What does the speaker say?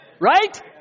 Right